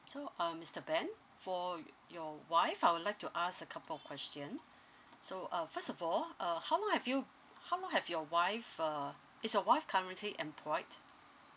so uh mister ben for y~ your wife I would like to ask a couple of question so uh first of all uh how long have you how long have your wife uh is your wife currently employed